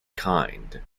kind